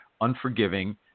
unforgiving